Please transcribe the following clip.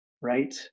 right